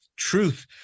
truth